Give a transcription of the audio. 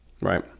Right